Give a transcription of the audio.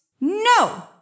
No